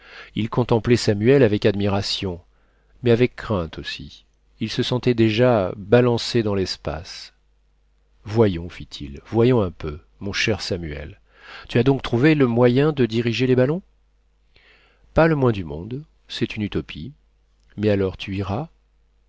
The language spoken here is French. il contemplait samuel avec admiration mais avec crainte aussi il se sentait déjà balancé dans l'espace voyons fit-il voyons un peu mon cher samuel tu as donc trouvé le moyen de diriger les ballons pas le moins du monde c'est une utopie mais alors tu iras